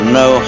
no